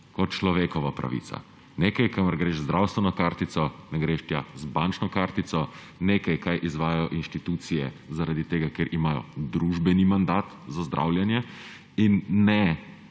kot človekova pravica. Nekaj, kamor greš z zdravstveno kartico, ne greš tja z bančno kartico, nekaj, kaj izvajajo inštitucije zaradi tega, ker imajo družbeni mandat za zdravljenje; in ne